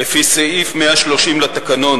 לפי סעיף 130(ב) לתקנון,